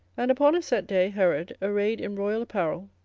and upon a set day herod, arrayed in royal apparel,